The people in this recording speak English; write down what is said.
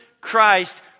Christ